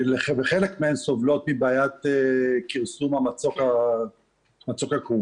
חלק מהן סובלות מבעיית כרסום מצוק הכורכר.